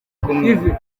kumwe